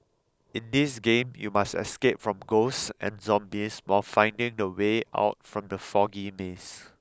in this game you must escape from ghosts and zombies while finding the way out from the foggy maze